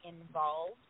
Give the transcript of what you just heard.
involved